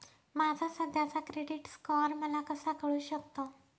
माझा सध्याचा credit score मला कसा कळू शकतो?